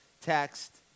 text